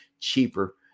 cheaper